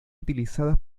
utilizadas